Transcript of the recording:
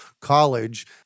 college